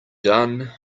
done